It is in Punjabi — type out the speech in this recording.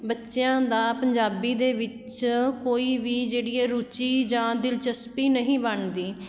ਬੱਚਿਆਂ ਦਾ ਪੰਜਾਬੀ ਦੇ ਵਿੱਚ ਕੋਈ ਵੀ ਜਿਹੜੀ ਹੈ ਰੁਚੀ ਜਾਂ ਦਿਲਚਸਪੀ ਨਹੀਂ ਬਣਦੀ